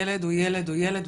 ילד הוא ילד הוא ילד,